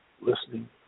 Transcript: listening